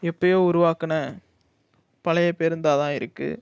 எப்போயோ உருவாக்கின பழைய பேருந்தாக தான் இருக்கு